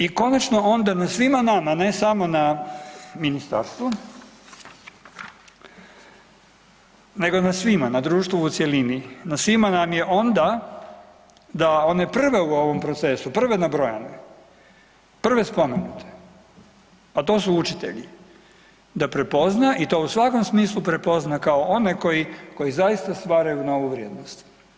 I konačno onda na svima nama, ne samo na ministarstvu nego na svima, na društvu u cjelini, na svima nam je onda da one prve u ovom procesu, prve nabrojane prve spomenute, a to su učitelji, da prepozna i to u svakom smislu prepozna kao one koji zaista stvaraju novu vrijednost.